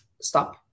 stop